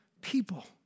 people